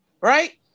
right